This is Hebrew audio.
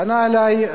פנה אלי,